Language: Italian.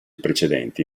precedenti